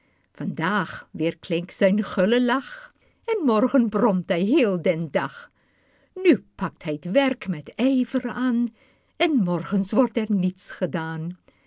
vandaag weerklinkt zijn gulle lach en morgen bromt hij heel den dag nu pakt hij t werk met ijver aan en morgen wordt er niets gedaan